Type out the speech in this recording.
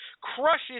crushes